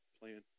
playing